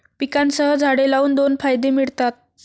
पिकांसह झाडे लावून दोन फायदे मिळतात